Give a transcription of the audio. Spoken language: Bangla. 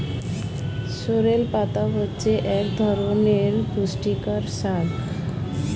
সোরেল পাতা মানে হচ্ছে এক ধরনের পুষ্টিকর শাক